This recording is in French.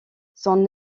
son